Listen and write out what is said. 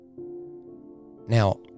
Now